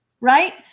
right